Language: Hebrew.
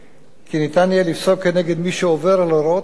כי יהיה אפשר לפסוק נגד מי שעובר על הוראות חוק